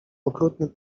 okrutny